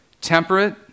temperate